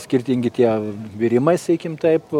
skirtingi tie virimai sakykim taip